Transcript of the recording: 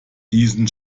diesen